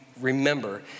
remember